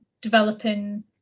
developing